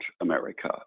America